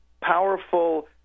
powerful